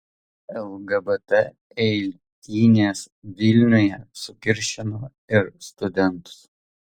lgbt eitynės vilniuje sukiršino ir studentus